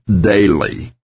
daily